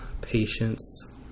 Patience